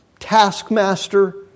Taskmaster